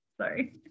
Sorry